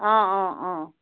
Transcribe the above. অঁ অঁ অঁ